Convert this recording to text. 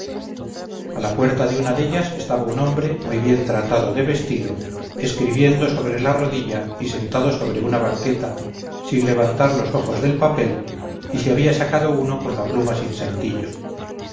a la puerta de una dellas estaba un hombre muy bien tratado de vestido escribiendo sobre la rodilla y sentado sobre una banqueta sin levantar los ojos del papel y se había sacado uno con la pluma sin sentillo